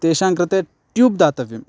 तेषां कृते ट्यूब् दातव्यम्